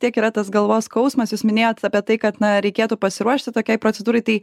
tiek yra tas galvos skausmas jūs minėjot apie tai kad na reikėtų pasiruošti tokiai procedūrai tai